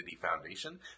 Foundation